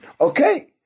Okay